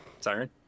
Siren